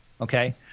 Okay